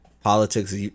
Politics